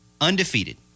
undefeated